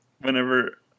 whenever